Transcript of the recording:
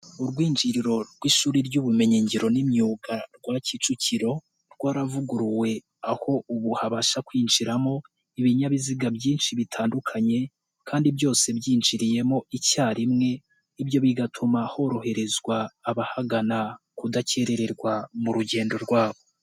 Urwinjiriro rw'ishuri ry'ubumenyingiro n'imyuga rwa Kicukiro rwaravuguruwe aho ubu habasha kwinjiramo ibinyabiziga byinshi bitandukanye kandi byose byinjiriyemo icyarimwe ibyo bigatuma horoherezwa abahagana kudakererwa mu rugendo rwabo.